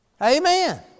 amen